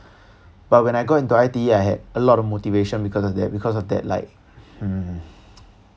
but when I got into I_T_E I had a lot of motivation because of that because of that like hmm